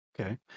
Okay